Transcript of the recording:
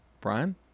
Brian